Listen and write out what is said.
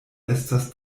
estas